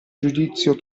giudizio